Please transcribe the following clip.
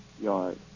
Yard